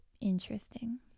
Interesting